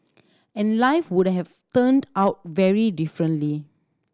and life would have turned out very differently